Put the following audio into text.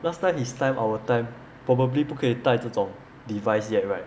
last time his time our time probably 不可以带这种 device yet right